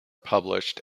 published